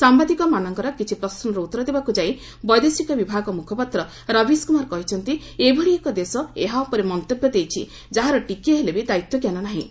ସାମ୍ଭାଦିକମାନଙ୍କର କିଛି ପ୍ରଶ୍ୱର ଉତ୍ତର ଦେବାକୁ ଯାଇ ବୈଦେଶିକ ବିଭାଗ ମୁଖପାତ୍ର ରବୀଶ କୁମାର କହିଛନ୍ତି ଏଭଳି ଏକ ଦେଶ ଏହା ଉପରେ ମନ୍ତବ୍ୟ ଦେଇଛି ଯାହାର ଟିକିଏ ହେଲେବି ଦାୟିତ୍ୱ ଞ୍ଜାନ ନାହିଁ